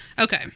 Okay